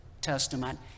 Testament